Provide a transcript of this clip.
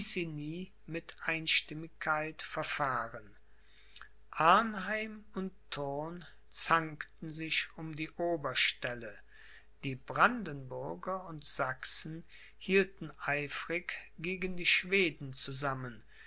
mit einstimmigkeit verfahren arnheim und thurn zankten sich um die oberstelle die brandenburger und sachsen hielten eifrig gegen die schweden zusammen